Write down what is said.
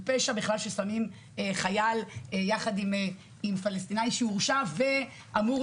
זה פשע בכלל ששמים חייל יחד עם פלסטיני שהורשע ואמור